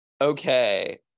Okay